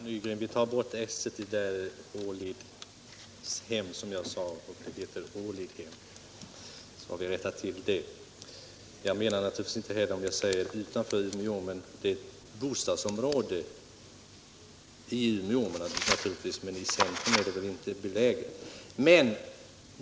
Herr talman! Ja, herr Nygren, vi tar bort s:et i ”Ålidshem”, så är den saken tillrättalagd. Vidare menade jag inte att ifrågavarande bostadsområde i bokstavlig mening låg utanför Umeå. Men det är väl heller inte beläget i centrum.